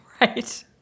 Right